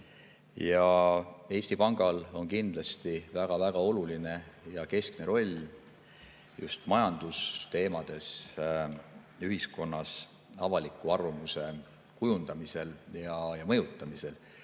Eesti Pangal on kindlasti väga oluline ja keskne roll just majandusteemade puhul ühiskonnas avaliku arvamuse kujundamisel ja mõjutamisel.